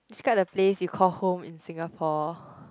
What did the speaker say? skype the face you call home in Singapore